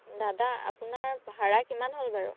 দাদা আপোনাৰ ভাড়া কিমান হ'ল বাৰু